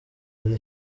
yari